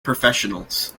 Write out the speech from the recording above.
professionals